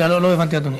רגע, לא הבנתי, אדוני.